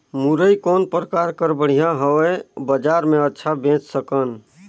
मुरई कौन प्रकार कर बढ़िया हवय? बजार मे अच्छा बेच सकन